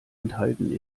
enthalten